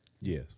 Yes